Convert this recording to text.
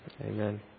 Amen